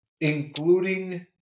including